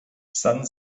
san